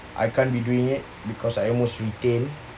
I can't be doing it because I almost retained